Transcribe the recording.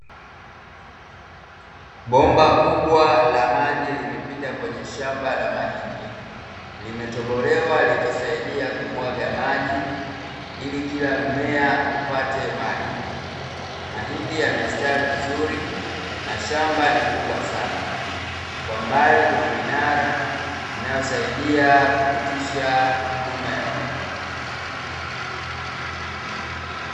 Bomba kubwa la maji limepita kwenye shamba la mahindi, limetobolewa likisaidia kumwaga maji ili kila mmea upate maji. Mahindi yamesitawi vizuri na shamba ni kubwa sana. Kwa mbali kuna minara inayosaidia kupitisha huduma ya umeme.